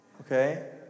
okay